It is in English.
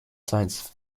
science